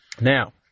Now